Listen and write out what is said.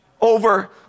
Over